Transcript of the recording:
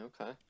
Okay